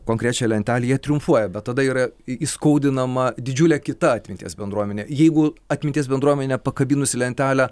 konkrečią lentelę jie triumfuoja bet tada yra įskaudinama didžiulė kita atminties bendruomenė jeigu atminties bendruomenė pakabinusi lentelę